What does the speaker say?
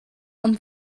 ond